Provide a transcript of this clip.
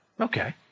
Okay